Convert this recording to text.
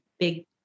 big